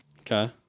Okay